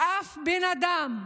ואף בן אדם,